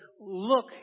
look